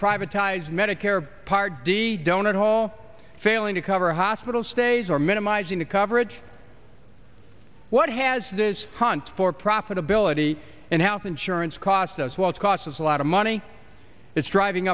privatized medicare part d donut hole failing to cover hospital stays or minimizing the coverage what has this hunt for profitability and health insurance cost as well as costs a lot of money is driving